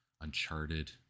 Uncharted